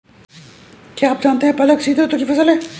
क्या आप जानते है पालक शीतऋतु की फसल है?